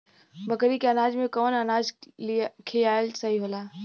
बकरी के अनाज में कवन अनाज खियावल सही होला?